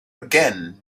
again